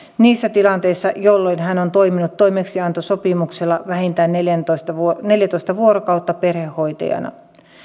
niissä tilanteissa jolloin hän on toiminut toimeksiantosopimuksella vähintään neljätoista vuorokautta perhehoitajana